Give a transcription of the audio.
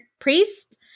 priest